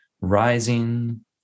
rising